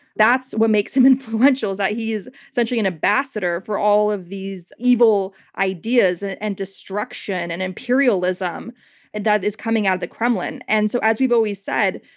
that's what makes him influential, is that he is essentially an ambassador for all of these evil ideas and and destruction and imperialism and that is coming out of the kremlin. and so as we've always said,